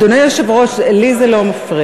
אדוני היושב-ראש, לי זה לא מפריע.